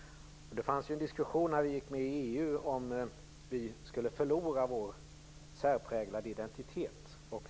Det fanns en diskussion när vi gick med i EU om huruvida vi skulle förlora vår särpräglade identitet.